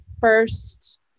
first